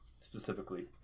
specifically